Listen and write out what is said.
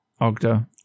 Ogda